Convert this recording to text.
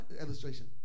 illustration